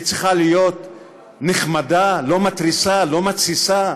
היא צריכה להיות נחמדה, לא מתריסה, לא מתסיסה,